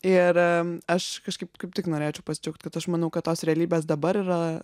ir aš kažkaip kaip tik norėčiau pasidžiaugti kad aš manau kad tos realybės dabar yra